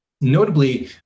Notably